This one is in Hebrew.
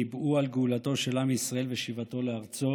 שניבאו על גאולתו של עם ישראל ושיבתו לארצו